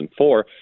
2004